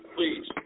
Please